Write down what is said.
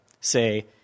Say